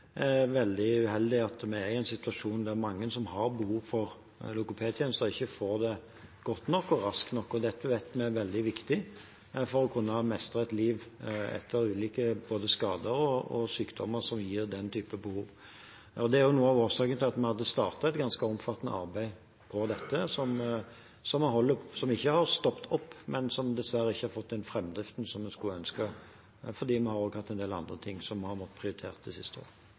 veldig uheldig at vi er i en situasjon der mange som har behov for logopedtjenester, ikke får det godt nok og raskt nok. Og dette vet vi er veldig viktig for å kunne mestre et liv etter ulike skader og sykdommer som gir den type behov. Det er også noe av årsaken til at vi hadde startet et ganske omfattende arbeid på dette, som ikke har stoppet opp, men som dessverre ikke har fått den framdriften som vi skulle ønske – fordi vi også har hatt en del andre ting som vi har måttet prioritere det siste